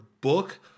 book